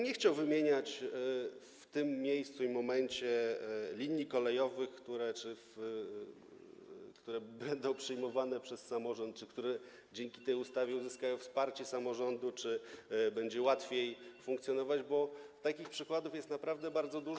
Nie chciałbym wymieniać w tym miejscu i momencie linii kolejowych, które będą przyjmowane przez samorząd, które dzięki tej ustawie uzyskają wsparcie samorządu czy którym będzie łatwiej funkcjonować, bo takich przykładów jest naprawdę bardzo dużo.